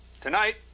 Tonight